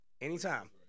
anytime